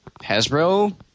Hasbro